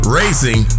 racing